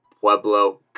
Pueblo